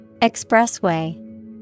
Expressway